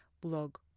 blog